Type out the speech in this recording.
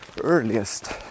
earliest